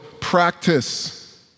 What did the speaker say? practice